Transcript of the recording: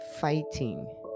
fighting